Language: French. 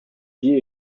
lier